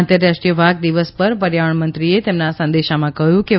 આંતરરાષ્ટ્રીય વાઘ દિવસ પર પર્યાવરણ મંત્રીએ તેમના સંદેશમાં કહ્યું કે તા